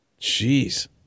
Jeez